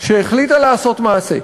שהחליטה לעשות מעשה,